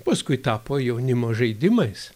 paskui tapo jaunimo žaidimais